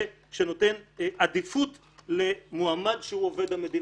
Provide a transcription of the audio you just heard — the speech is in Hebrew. נותן עדיפות למועמד שהוא עובד המדינה.